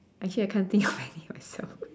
actually I can't think of I already sell